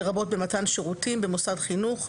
לרבות במתן שירותים במוסד חינוך,